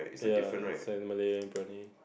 ya it's like Malay Briyani